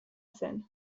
zen